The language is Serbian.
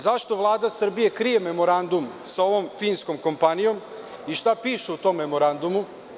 Zašto Vlada Srbije krije memorandum sa ovom finskom kompanijom i šta piše u tom memorandumu?